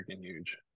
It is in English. huge